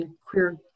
queer